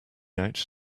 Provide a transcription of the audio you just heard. out